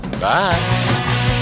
Bye